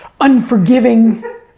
unforgiving